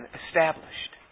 established